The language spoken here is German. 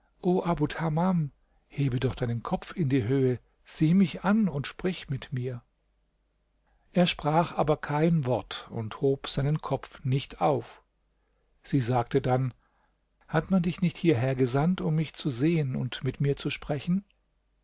hebe doch deinen kopf in die höhe sieh mich an und sprich mit mir er sprach aber kein wort und hob seinen kopf nicht auf sie sagte dann hat man dich nicht hierher gesandt um mich zu sehen und mit mir zu sprechen